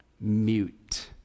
mute